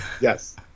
Yes